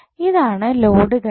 ഇതാണ് ലോഡ് ഘടകം